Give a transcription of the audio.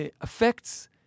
affects